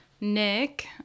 Nick